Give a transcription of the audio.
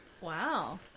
Wow